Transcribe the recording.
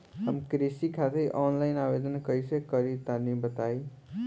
हम कृषि खातिर आनलाइन आवेदन कइसे करि तनि बताई?